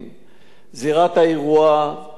זירת האירוע תועדה,